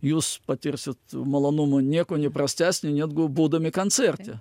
jūs patirsit malonumą niekuo neprastesnį nedgu būdami kancerte